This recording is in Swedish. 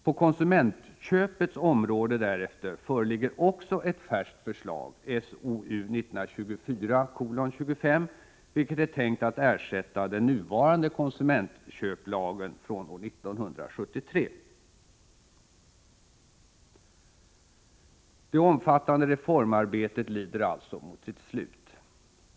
På konsumentköpets område därefter föreligger också ett färskt förslag, SOU 1984:25, vilket är tänkt att ersätta den nuvarande konsumentköplagen från år 1973. Det omfattande reformarbetet lider alltså mot sitt slut.